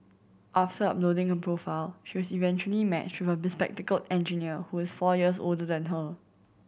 after uploading her profile she was eventually matched with a bespectacled engineer who is four years older than her